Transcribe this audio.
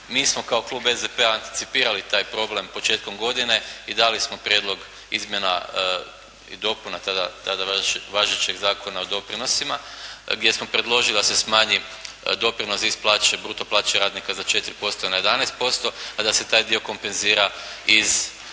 Mi smo kao klub SDP-a anticipirali taj problem početkom godine i dali smo prijedlog izmjena i dopuna tada važećeg Zakona o doprinosima gdje smo predložili da se smanji doprinos iz plaće, bruto plaće radnika za 4% na 11%, a da se taj dio kompenzira iz